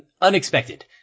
unexpected